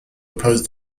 oppose